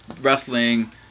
wrestling